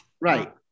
Right